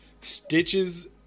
stitches